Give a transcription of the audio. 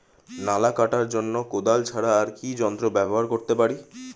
নালা কাটার জন্য কোদাল ছাড়া আর কি যন্ত্র ব্যবহার করতে পারি?